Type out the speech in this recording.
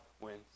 wins